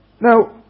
Now